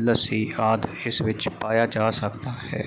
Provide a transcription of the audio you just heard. ਲੱਸੀ ਆਦਿ ਇਸ ਵਿੱਚ ਪਾਇਆ ਜਾ ਸਕਦਾ ਹੈ